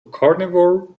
carnivore